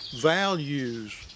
values